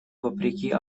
вопреки